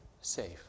safe